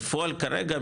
בפועל כרגע,